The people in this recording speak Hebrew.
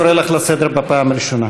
אני קורא אותך לסדר בפעם הראשונה.